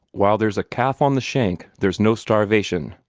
while there's a calf on the shank, there's no starvation,